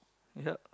yup